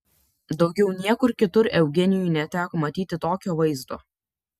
daugiau niekur kitur eugenijui neteko matyti tokio vaizdo